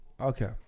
Okay